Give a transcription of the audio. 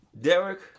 Derek